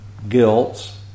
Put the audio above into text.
guilts